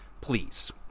Please